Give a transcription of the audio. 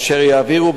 אשר יעבירו,